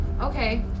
Okay